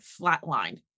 flatlined